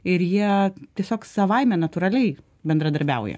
ir jie tiesiog savaime natūraliai bendradarbiauja